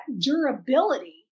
durability